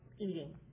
eating